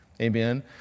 Amen